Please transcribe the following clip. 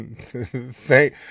Thank